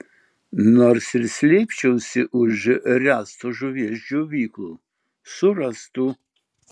nors ir slėpčiausi už ręsto žuvies džiovyklų surastų